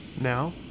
Now